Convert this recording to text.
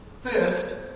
First